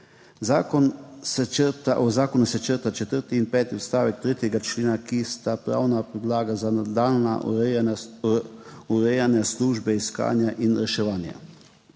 zakonu se črtata četrti in peti odstavek 3. člena, ki sta pravna podlaga za nadaljnje urejanje službe iskanja in reševanja.